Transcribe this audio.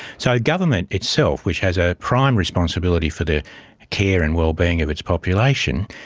so ah government itself, which has a prime responsibility for the care and well-being of its population,